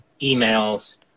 emails